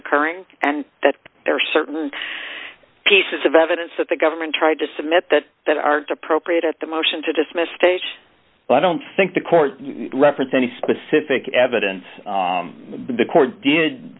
occurring and that there are certain pieces of evidence that the government tried to submit that that are appropriate at the motion to dismiss stage so i don't think the court reference any specific evidence the court did